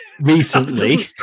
recently